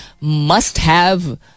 must-have